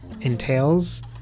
entails